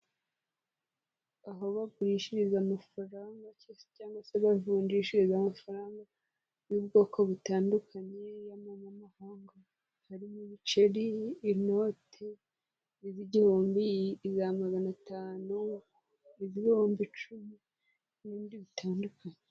Aho bagurishiriza amafaranga make cyangwa se bavunjishiriza amafaranga y'ubwoko butandukanye y'amamahanga harimo ibiceri, inote, iz'igihumbi, iza magana atanu, iz'ibihumbi cumi n'ibindi bitandukanye.